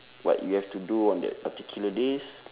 what you have to do on that particular days